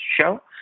show